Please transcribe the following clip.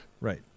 Right